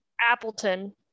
Appleton